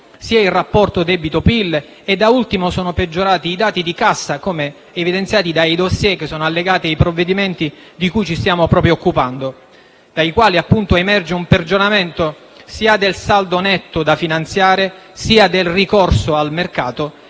sia il rapporto debito-PIL, e, da ultimo, sono peggiorati i dati di cassa, come evidenziati dai *dossier* che sono allegati ai provvedimenti di cui ci stiamo occupando: da questi emerge un peggioramento sia del saldo netto finanziare, sia del ricorso al mercato